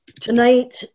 tonight